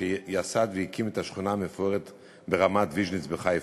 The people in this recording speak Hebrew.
שיסד והקים את השכונה המפוארת ברמת-ויז'ניץ בחיפה.